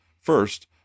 First